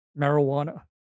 marijuana